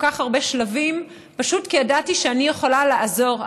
כך הרבה שלבים בו פשוט כי ידעתי שאני יכולה לעזור,